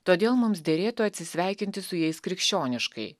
todėl mums derėtų atsisveikinti su jais krikščioniškai